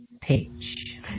Page